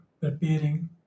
preparing